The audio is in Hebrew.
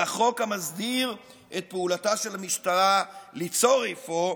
על החוק המסדיר את פעולתה של המשטרה ליצור, אפוא,